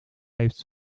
heeft